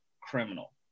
criminal